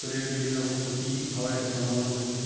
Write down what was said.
শরীরের বিভিন্ন রকম ক্ষতি হওয়ার একটা সম্ভাবনা থাকে